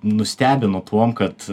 nustebino tuom kad